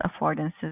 affordances